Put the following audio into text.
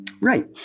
Right